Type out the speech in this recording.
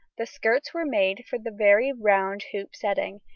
the skirts were made for the very round hoop setting,